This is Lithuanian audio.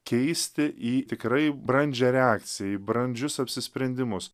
keisti į tikrai brandžią reakciją į brandžius apsisprendimus